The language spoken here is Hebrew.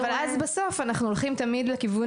אבל אז בסוף אנחנו הולכים תמיד לכיוון